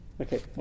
Okay